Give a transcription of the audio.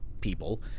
people